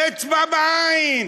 אצבע בעין,